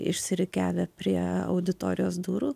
išsirikiavę prie auditorijos durų